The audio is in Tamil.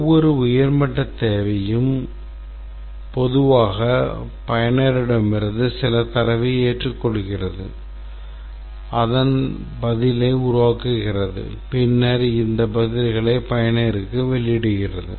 ஒவ்வொரு உயர் மட்டத் தேவையும் பொதுவாக பயனரிடமிருந்து சில தரவை ஏற்றுக்கொள்கிறது அதன் பதிலை உருவாக்குகிறது பின்னர் இந்த பதில்களை பயனருக்கு வெளியிடுகிறது